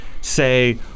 say